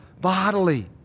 bodily